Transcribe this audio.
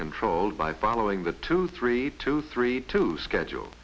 controlled by following the two three two three two schedule